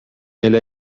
elle